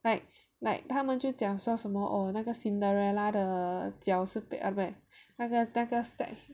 like like 他们就讲说什么哦那个 Cinderella 的脚是被那个那个